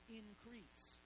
increase